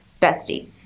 Bestie